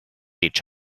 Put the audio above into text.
each